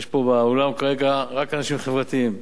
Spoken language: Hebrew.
יש פה באולם כרגע רק אנשים חברתיים,